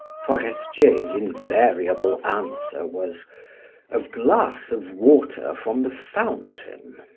forestier's invariable answer was a glass of water from the fountain.